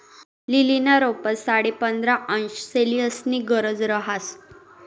लीलीना रोपंस साठे पंधरा अंश सेल्सिअसनी गरज रहास